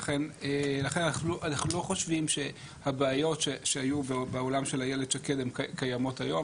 לכן אנחנו לא חושבים שהבעיות שהיו בעולם של איילת שקד הן קיימות היום.